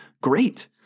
great